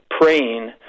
praying